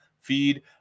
feed